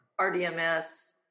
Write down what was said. RDMS